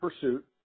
Pursuit